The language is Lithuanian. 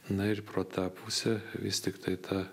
na ir pro tą pusę vis tiktai ta